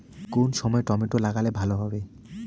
কোন সময় টমেটো লাগালে ভালো হবে?